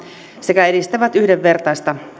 sekä edistävät yhdenvertaista